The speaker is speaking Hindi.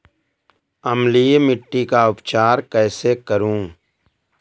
अम्लीय मिट्टी का उपचार कैसे करूँ?